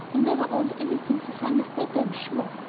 we never owned anything so fine as that, i'm sure.